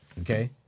Okay